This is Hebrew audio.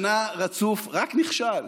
שנה רצוף רק נכשל.